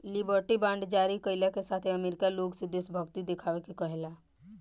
liberty bond जारी कईला के साथे अमेरिका लोग से देशभक्ति देखावे के कहेला